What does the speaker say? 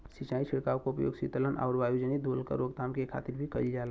सिंचाई छिड़काव क उपयोग सीतलन आउर वायुजनित धूल क रोकथाम के खातिर भी कइल जाला